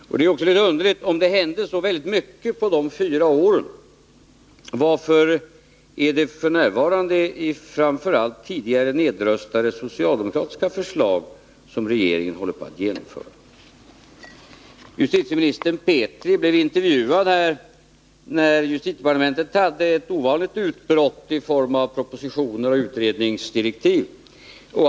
Om det hände så mycket på de fyra åren är det också litet underligt att det f. n. framför allt är tidigare nedrustade socialdemokratiska förslag som regeringen håller på att genomföra. Justitieministern Petri blev intervjuad, när departementet hade ett ovanligt utbrott i form av propositioner och utredningsdirektiv.